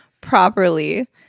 properly